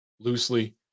loosely